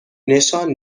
نشان